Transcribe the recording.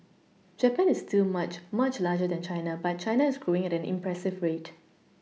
Japan is still much much larger than China but China is growing at an impressive rate